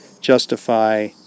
justify